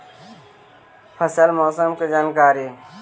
फसल मौसम के जानकारी?